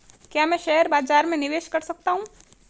क्या मैं शेयर बाज़ार में निवेश कर सकता हूँ?